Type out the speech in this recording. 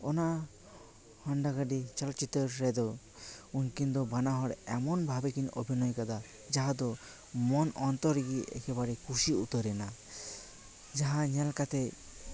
ᱚᱱᱟ ᱦᱚᱱᱰᱟ ᱜᱟᱹᱰᱤ ᱪᱚᱞᱚᱛᱪᱤᱛᱟᱹᱨ ᱨᱮᱫᱚ ᱩᱱᱠᱤᱱ ᱫᱚ ᱵᱟᱱᱟᱦᱚᱲ ᱮᱢᱚᱱ ᱵᱷᱟᱵᱮ ᱠᱤᱱ ᱚᱵᱷᱤᱱᱚᱭ ᱠᱟᱫᱟ ᱡᱟᱦᱟᱸ ᱢᱚᱱ ᱚᱱᱛᱚᱨ ᱨᱮᱜᱮ ᱮᱠᱮᱵᱟᱨᱮ ᱠᱩᱥᱤ ᱩᱛᱟᱹᱨ ᱮᱱᱟ ᱡᱟᱦᱟᱸ ᱧᱮᱞ ᱠᱟᱛᱮ